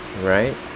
right